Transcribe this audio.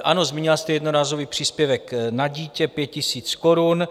Ano, zmínila jste jednorázový příspěvek na dítě 5 000 korun.